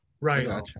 right